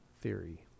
theory